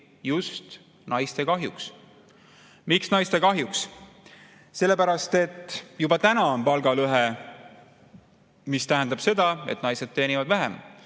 just naiste kahjuks. Miks naiste kahjuks? Sellepärast, et meil on praegu palgalõhe, mis tähendab seda, et naised teenivad vähem.